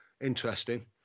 interesting